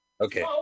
Okay